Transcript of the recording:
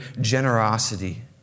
generosity